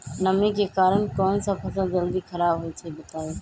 नमी के कारन कौन स फसल जल्दी खराब होई छई बताई?